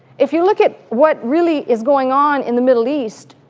if you look at what really is going on in the middle east,